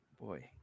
boy